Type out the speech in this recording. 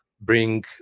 bring